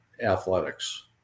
athletics